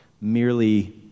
merely